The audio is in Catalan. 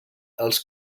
els